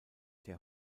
der